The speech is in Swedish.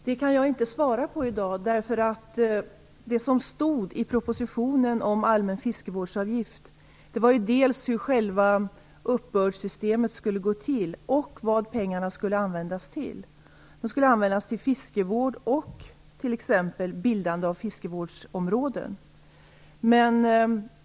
Herr talman! Den frågan kan jag inte svara på i dag. Det som stod i propositionen om allmän fiskevårdsavgift var dels hur själva uppbördssystemet skulle se ut, dels vad pengarna skulle användas till. Pengarna skulle användas till fiskevård och t.ex. bildandet av fiskevårdsområden.